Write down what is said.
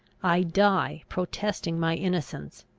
i die protesting my innocence